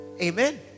Amen